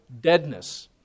deadness